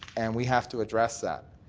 and we have to address that.